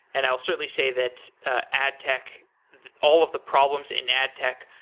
and i will certainly say that adtech all of the problems in adtech,